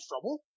trouble